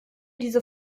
diese